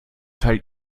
teil